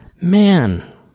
Man